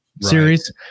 series